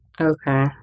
Okay